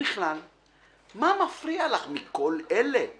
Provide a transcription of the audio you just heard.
ובכלל/ מה מפריע לך מכל אלה/